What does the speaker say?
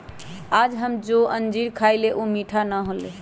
आज हम जो अंजीर खईली ऊ मीठा ना हलय